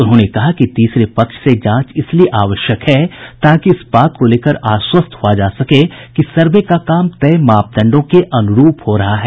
उन्होंने कहा कि तीसरे पक्ष से जांच इसलिए आवश्यक है ताकि इस बात को लेकर आश्वस्त हुआ जा सके कि सर्वे का काम तय मापदंडों के अनुरूप हो रहा है